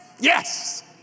yes